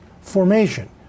formation